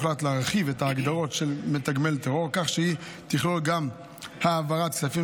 הוחלט להרחיב את ההגדרה של "מתגמל טרור" כך שהיא תכלול גם העברת כספים